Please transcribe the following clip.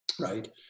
right